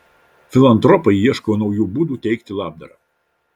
filantropai ieško naujų būdų teikti labdarą